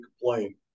complain